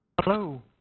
Hello